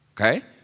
Okay